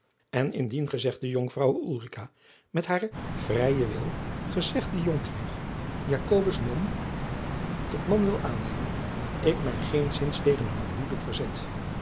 en indien gezegde jonkvrouwe ulrica met haren vrijen wil gezegden jonkheer j mom tot man wil aannemen ik mij geenszins tegen hun huwelijk verzet